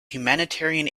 humanitarian